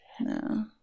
no